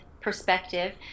perspective